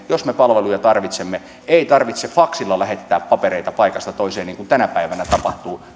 jos me palveluja tarvitsemme ei tarvitse faksilla lähettää papereita paikasta toiseen niin kuin tänä päivänä tapahtuu